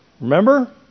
Remember